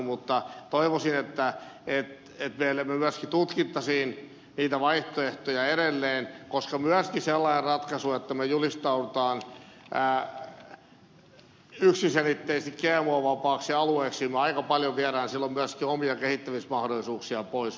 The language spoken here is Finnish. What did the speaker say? mutta toivoisin että meillä myöskin tutkittaisiin niitä vaihtoehtoja edelleen koska myöskin sellainen ratkaisu että me julistaudumme yksiselitteisesti gmo vapaaksi alueeksi vie meiltä aika paljon myöskin omia kehittämismahdollisuuksia pois